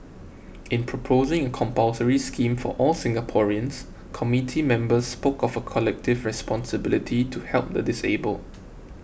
in proposing a compulsory scheme for all Singaporeans committee members spoke of a collective responsibility to help the disabled